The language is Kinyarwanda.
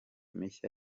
mishya